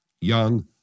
young